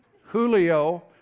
Julio